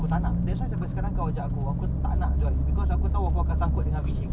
aku tak boleh call kejap ah aku nak kena message ah